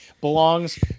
belongs